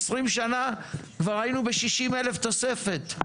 20 שנה כבר היינו ב-60,000 תוספת.